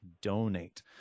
donate